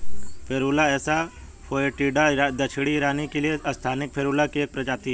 Ferula assa foetida दक्षिणी Iran के लिए स्थानिक फेरुला की एक प्रजाति है